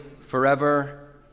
forever